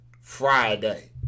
Friday